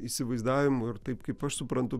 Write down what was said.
įsivaizdavimu ir taip kaip aš suprantu